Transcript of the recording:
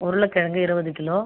உருளைக்கெழங்கு இருபது கிலோ